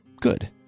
good